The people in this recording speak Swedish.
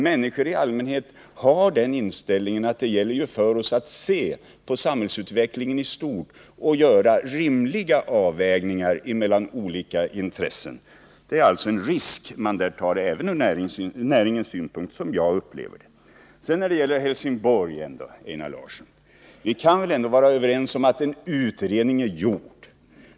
Människor i allmänhet har den inställningen att det gäller för oss att se på samhällsutvecklingen i stort och göra rimliga avvägningar mellan olika intressen. Det är alltså, som jag upplever det, en risk som man här tar, även ur näringens synpunkt. När det gäller Helsingborg kan vi väl ändå vara överens om, Einar Larsson, att en utredning är gjord.